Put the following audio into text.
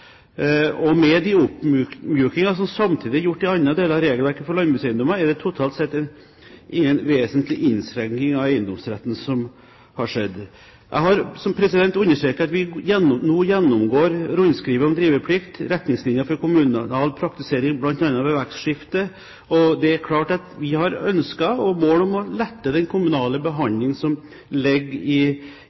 Og med de oppmykningene som samtidig er gjort i andre deler av regelverket for landbrukseiendommer, er det totalt sett ingen vesentlig innskrenking av eiendomsretten som har skjedd. Jeg har også understreket at vi nå gjennomgår rundskrivet om driveplikt, retningslinjer for kommunal praktisering bl.a. ved vekstskifte. Det er klart at vi har et ønske og et mål om å lette den kommunale behandling som ligger i